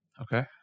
Okay